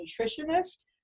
nutritionist